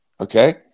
okay